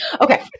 Okay